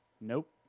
nope